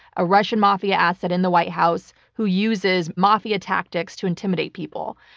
a russian mafia asset in the white house, who uses mafia tactics to intimidate people.